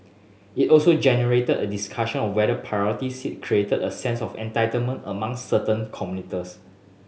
it also generated a discussion or whether priority seat created a sense of entitlement among certain commuters